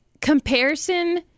comparison